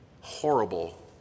horrible